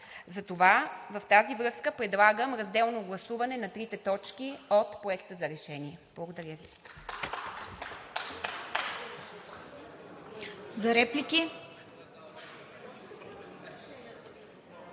Затова в тази връзка предлагам разделно гласуване на трите точки от Проекта за решение. Благодаря Ви.